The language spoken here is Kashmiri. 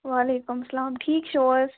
وعلیکُم سَلام ٹھیٖک چھُو حظ